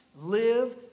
live